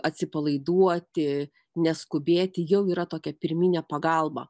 atsipalaiduoti neskubėti jau yra tokia pirminė pagalba